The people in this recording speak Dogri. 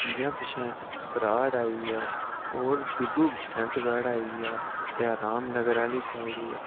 जियां पिच्छै सराढ़ आई गेआ होर डुडू बसंतगढ़ आई गेआ जां रामनगर आह्ली साईड